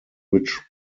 which